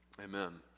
Amen